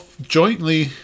jointly